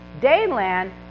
Dayland